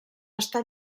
està